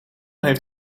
heeft